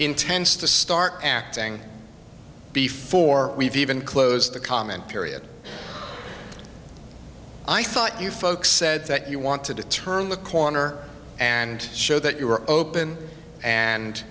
intends to start acting before we've even close the comment period i thought you folks said that you want to turn the corner and show that you are open and